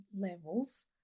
levels